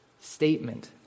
Statement